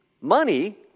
money